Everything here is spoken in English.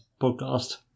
podcast